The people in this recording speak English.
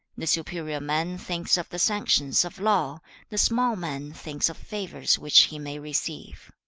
the superior man thinks of the sanctions of law the small man thinks of favours which he may receive